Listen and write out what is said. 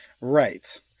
Right